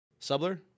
Subler